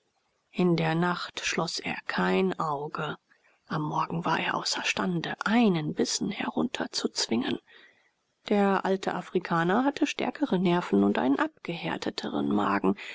in der nacht schloß er kein auge am morgen war er außerstande einen bissen herunterzuzwingen der alte afrikaner hatte stärkere nerven und einen abgehärteten magen